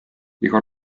iga